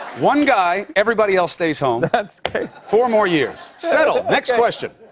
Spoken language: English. one guy, everybody else stays home. but that's great. four more years. settled. next question.